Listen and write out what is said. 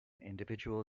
individual